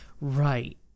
Right